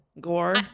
gore